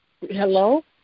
Hello